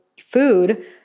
food